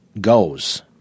goes